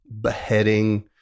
beheading